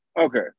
Okay